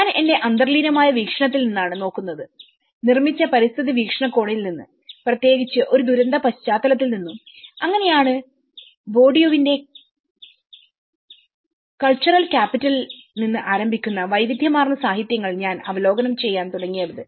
ഞാൻ എന്റെ അന്തർലീനമായ വീക്ഷണത്തിൽ നിന്നാണ് നോക്കുന്നത് നിർമ്മിച്ച പരിസ്ഥിതി വീക്ഷണകോണിൽ നിന്നും പ്രത്യേകിച്ച് ഒരു ദുരന്ത പശ്ചാത്തലത്തിൽ നിന്നും അങ്ങനെയാണ് ബോർഡിയുവിന്റെ കലച്ചറൽ ക്യാപിറ്റലിൽ Bourdieus cultural capitalനിന്ന് ആരംഭിക്കുന്ന വൈവിധ്യമാർന്ന സാഹിത്യങ്ങൾ ഞാൻ അവലോകനം ചെയ്യാൻ തുടങ്ങിയത്